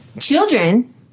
children